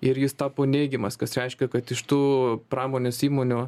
ir jis tapo neigiamas kas reiškia kad iš tų pramonės įmonių